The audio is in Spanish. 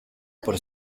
por